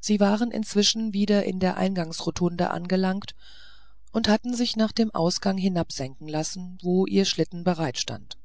sie waren inzwischen wieder in der eingangsrotunde angelangt und hatten sich nach dem ausgang hinabsenken lassen wo ihr schlitten bereitstand